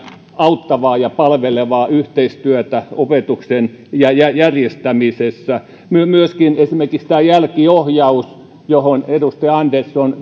auttavaa ja palvelevaa yhteistyötä opetuksen järjestämisessä myöskin esimerkiksi tämä jälkiohjaus johon edustaja andersson